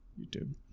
YouTube